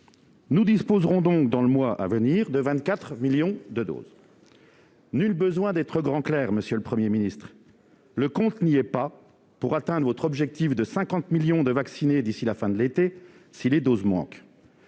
Nous disposerons donc, dans le mois à venir, de 24 millions de doses. Nul besoin d'être grand clerc, monsieur le Premier ministre : le compte n'y est pas pour atteindre votre objectif de 50 millions de vaccinés d'ici à la fin de l'été. Les doses manquent.